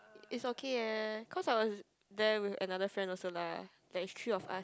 it's okay eh cause I was there with another friend also lah there is three of us